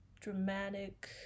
dramatic